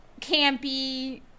campy